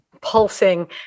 pulsing